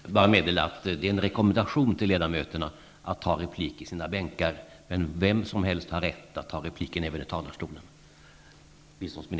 Jag får bara meddela att det är en rekommendation till ledamöterna att ta replik i sina bänkar, men att vem som helst har rätt att ta replik även i talarstolen.